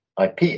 IP